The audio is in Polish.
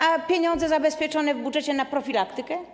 A pieniądze zabezpieczone w budżecie na profilaktykę?